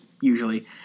usually